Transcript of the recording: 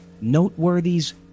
Noteworthy's